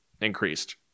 increased